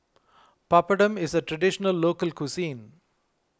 Papadum is a Traditional Local Cuisine